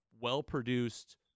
well-produced